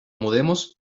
mudemos